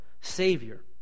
Savior